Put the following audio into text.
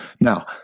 Now